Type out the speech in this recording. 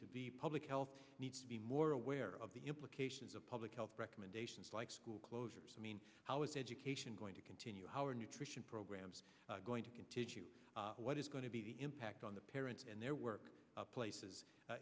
the public health needs to be more aware of the implications of public health recommendations like school closures i mean how is education going to continue our nutrition programs going to continue what is going to be the impact on the parents and their work places